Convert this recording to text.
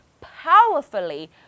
powerfully